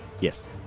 Yes